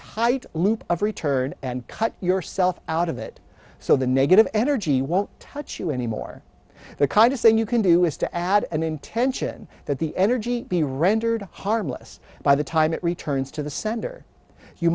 tight loop of return and cut yourself out of it so the negative energy won't touch you anymore the kind of thing you can do is to add an intention that the energy be rendered harmless by the time it returns to the sender you